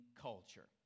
culture